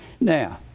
Now